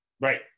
Right